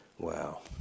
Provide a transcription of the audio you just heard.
Wow